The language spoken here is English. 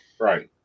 Right